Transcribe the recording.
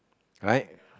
right